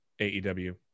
AEW